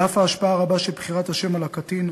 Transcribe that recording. על אף ההשפעה הרבה של בחירת השם על הקטין,